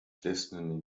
destiny